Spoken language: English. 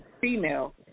female